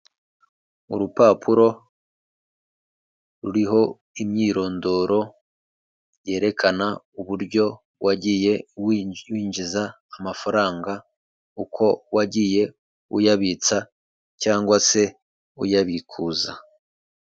Urupapuro ruriho imyirondoro yerekana uburyo wagiye winyinjiza amafaranga uko wagiye uyabitsa cyangwa se uyabikuza.